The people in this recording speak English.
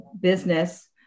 business